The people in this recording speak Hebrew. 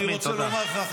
אני רוצה לומר לך,